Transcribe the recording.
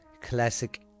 classic